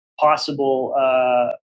Possible